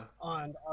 on